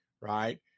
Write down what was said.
right